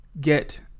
get